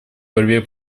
борьбе